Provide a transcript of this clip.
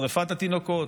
שרפת התינוקות,